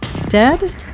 dead